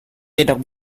tidak